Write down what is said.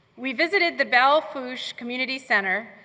we visited the belle fourche community center,